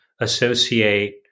associate